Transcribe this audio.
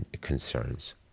concerns